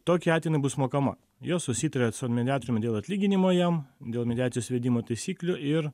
tokiu atveju jinai bus mokama jos susitarė su mediatoriumi dėl atlyginimo jam dėl mediacijos vedimo taisyklių ir